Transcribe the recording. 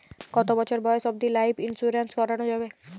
কতো বছর বয়স অব্দি লাইফ ইন্সুরেন্স করানো যাবে?